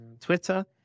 Twitter